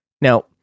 Now